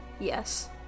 Yes